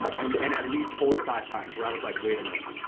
and and at least four or five times where i was like, wait a minute,